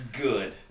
Good